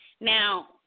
now